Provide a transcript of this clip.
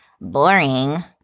Boring